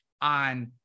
on –